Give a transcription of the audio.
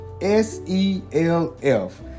S-E-L-F